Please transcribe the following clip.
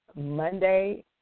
Monday